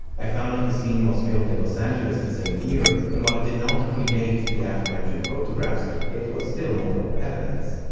i found out the scene was filmed in los angeles the same year and while it did not predate the aforementioned photographs, it was still more evidence.